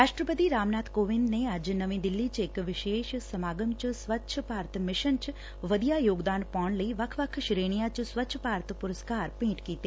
ਰਾਸ਼ਟਰਪਤੀ ਰਾਮਨਾਬ ਕੋਵਿੰਦ ਨੇ ਅੱਜ ਨਵੀਂ ਦਿੱਲੀ ਚ ਇਕ ਵਿਸ਼ੇਸ਼ ਸਮਾਗਮ ਚ ਸਵੱਛ ਭਾਰਤ ਮਿਸ਼ਨ ਚ ਵਧੀਆ ਯੋਗਦਾਨ ਪਾਉਣ ਲਈ ਵੱਖ ਸ੍ਰੇਣੀਆਂ ਚ ਸਵੱਛ ਭਾਰਤ ਪੁਰਸਕਾਰ ਭੇਟ ਕੀਤੇ